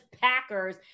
Packers